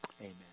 Amen